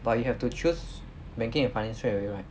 but you have to choose banking and finance straight away right